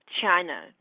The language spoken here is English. China